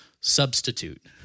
substitute